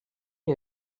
est